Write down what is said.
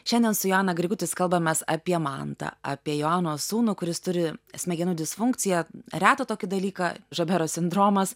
šiandien su joana grigutis kalbamės apie mantą apie joanos sūnų kuris turi smegenų disfunkciją retą tokį dalyką žabero sindromas